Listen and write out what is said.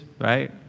right